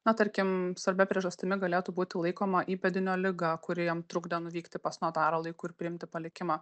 na tarkim svarbia priežastimi galėtų būti laikoma įpėdinio liga kuri jam trukdo nuvykti pas notarą laiku ir priimti palikimą